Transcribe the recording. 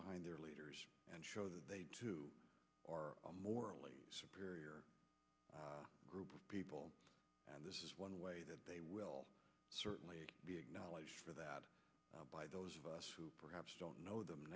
behind their leaders and show that they too are morally superior group of people and this is one way that they will certainly be acknowledged for that by those of us who perhaps don't know them